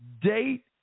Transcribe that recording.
date